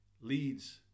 leads